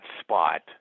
spot